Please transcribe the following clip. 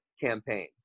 campaign